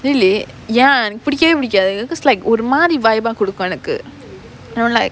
really ya எனக்கு புடிக்கவே புடிக்காது:enakku pudikkavae pudikkaathu and I'm like